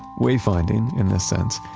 wayfinding, in a sense,